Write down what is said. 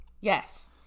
Yes